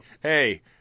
hey